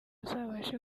bazabashe